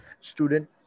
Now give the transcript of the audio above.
student